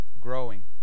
growing